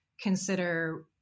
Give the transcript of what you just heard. consider